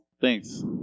Thanks